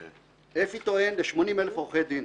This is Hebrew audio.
אפי טוען ל-80,000 עורכי דין,